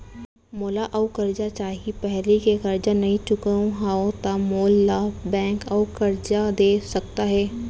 मोला अऊ करजा चाही पहिली के करजा नई चुकोय हव त मोल ला बैंक अऊ करजा दे सकता हे?